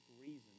reason